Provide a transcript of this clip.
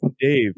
Dave